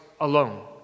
alone